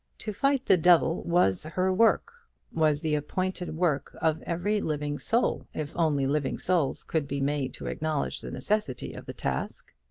to fight the devil was her work was the appointed work of every living soul, if only living souls could be made to acknowledge the necessity of the task.